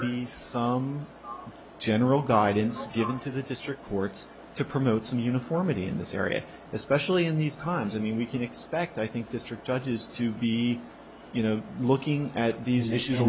be some general guidance given to the district courts to promote some uniformity in this area especially in these times i mean we can expect i think district judges to be you know looking at these issues